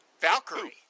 Valkyrie